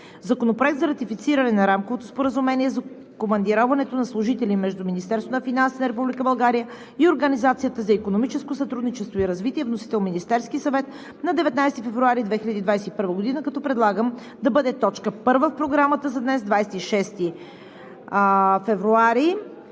Законопроект за ратифициране на Рамковото споразумение за командироването на служители между Министерството на финансите на Република България и Организацията за икономическо сътрудничество и развитие. Вносител – Министерският съвет, на 19 февруари 2021 г., като предлагам да бъде точка първа в Програмата за днес, 26 февруари